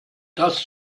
das